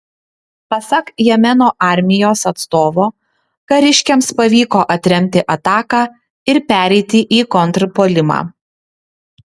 pasak jemeno armijos atstovo kariškiams pavyko atremti ataką ir pereiti į kontrpuolimą